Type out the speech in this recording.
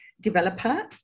developer